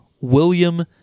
William